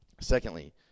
Secondly